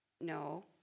No